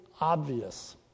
obvious